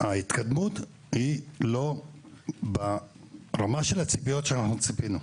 ההתקדמות היא לא ברמה של הציפיות שאנחנו ציפינו.